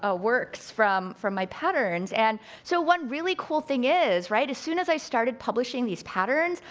ah works from from my patterns. and so one really cool thing is, right, as soon as i started publishing these patterns,